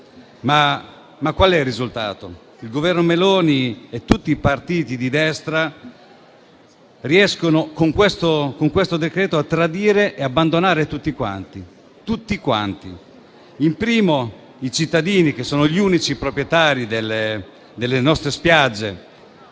Ma qual è il risultato? Il Governo Meloni e tutti i partiti di destra riescono, con questo provvedimento, a tradire e ad abbandonare tutti quanti: in primo luogo, i cittadini, che sono gli unici proprietari delle nostre spiagge;